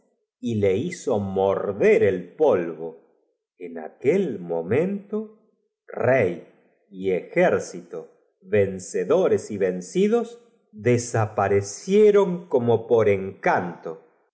y le hizo morder el polvo en aquel momento rey y ejército vencedores hiera necesitado para ello el auxilio de la y vencijos desaparecieron como por en